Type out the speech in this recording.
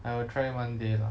I will try one day lah